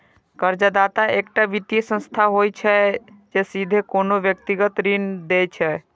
कर्जदाता एकटा वित्तीय संस्था होइ छै, जे सीधे कोनो व्यक्ति कें ऋण दै छै